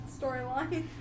storyline